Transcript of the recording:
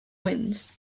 winds